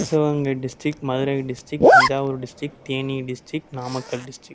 Sivaganga district Madurai district Thanjavur district Theni district Namakkal district